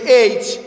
eight